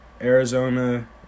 Arizona